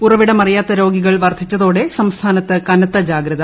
ഉറവിടമറിയാത്ത രോഗികൾ വർദ്ധിച്ചുതോടെ സംസ്ഥാനത്ത് കനത്ത ജാഗ്രത